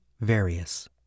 Various